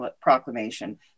Proclamation